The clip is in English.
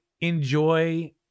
enjoy